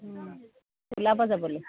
ওলাব যাবলৈ